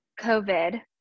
COVID